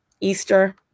Easter